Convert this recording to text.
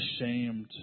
ashamed